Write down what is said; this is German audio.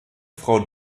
frau